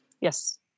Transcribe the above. Yes